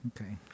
Okay